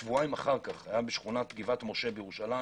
שבועיים אחר כך היה בשכונת גבעת משה בירושלים